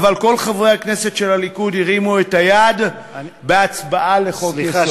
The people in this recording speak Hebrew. אבל כל חברי הכנסת של הליכוד הרימו את היד בהצבעה על חוק-יסוד.